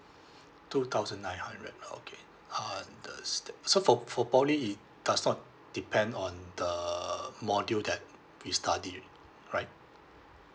two thousand nine hundred okay understand so for for poly it does not depend on the module that we studied right